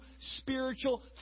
spiritual